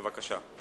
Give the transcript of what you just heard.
בבקשה.